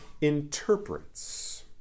interprets